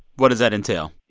what does that entail?